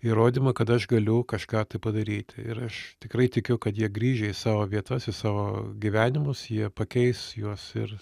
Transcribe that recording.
įrodymą kad aš galiu kažką tai padaryti ir aš tikrai tikiu kad jie grįžę į savo vietas į savo gyvenimus jie pakeis juos ir